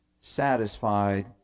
satisfied